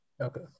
okay